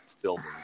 building